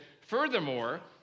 Furthermore